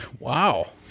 Wow